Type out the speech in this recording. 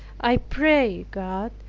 i pray god,